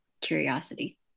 curiosity